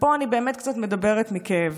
ופה אני באמת מדברת קצת מכאב